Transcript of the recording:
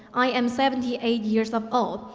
i am seventy eight years of old.